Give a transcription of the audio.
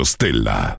Stella